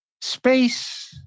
space